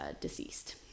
deceased